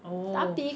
oh